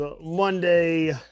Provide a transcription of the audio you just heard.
Monday